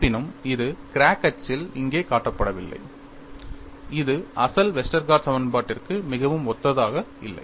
இருப்பினும் இது கிராக் அச்சில் இங்கே காட்டப்படவில்லை இது அசல் வெஸ்டர்கார்ட் சமன்பாட்டிற்கு மிகவும் ஒத்ததாக இல்லை